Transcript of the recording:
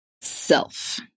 self